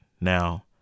Now